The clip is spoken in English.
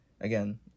again